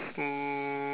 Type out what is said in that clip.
um